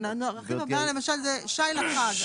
הרכיב הבא הוא שי לחג.